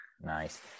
Nice